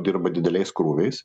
dirba dideliais krūviais